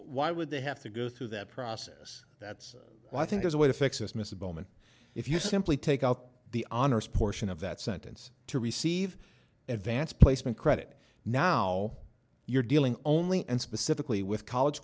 why would they have to go through that process that's why i think there's a way to fix this mr bowman if you simply take out the honors portion of that sentence to receive advanced placement credit now you're dealing only and specifically with college